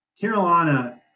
carolina